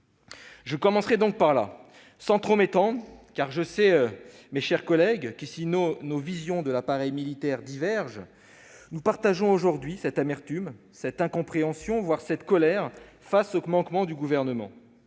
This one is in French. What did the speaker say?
exercer. Sur ce point, je ne m'étendrai pas trop, mes chers collègues, car si nos visions de l'appareil militaire divergent, nous partageons aujourd'hui cette amertume, cette incompréhension, voire cette colère face aux manquements du Gouvernement.